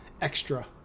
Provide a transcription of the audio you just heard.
extra